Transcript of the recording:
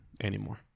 anymore